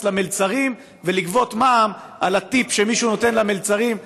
המלצרים ולגבות מע"מ על הטיפ שמישהו נותן למלצרים.